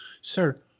Sir